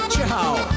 Ciao